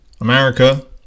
America